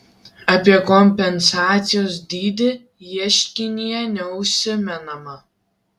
apie kompensacijos dydį ieškinyje neužsimenama